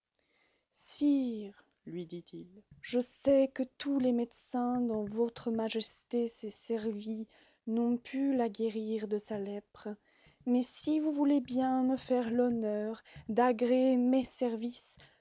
sire lui dit-il je sais que tous les médecins dont votre majesté s'est servie n'ont pu la guérir de sa lèpre mais si vous voulez bien me faire l'honneur d'agréer mes services